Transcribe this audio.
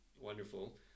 wonderful